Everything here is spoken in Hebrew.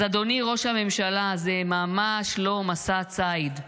אז אדוני ראש הממשלה, זה ממש לא מסע ציד,